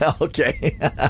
okay